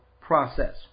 process